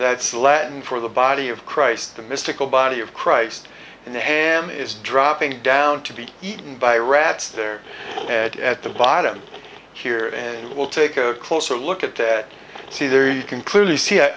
that's latin for the body of christ the mystical body of christ and the ham is dropping down to be eaten by rats their head at the bottom here and it will take a closer look at that see there you can clearly see